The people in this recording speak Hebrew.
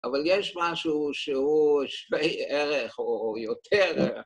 ‫אבל יש משהו שהוא שווה ערך, ‫או יותר ערך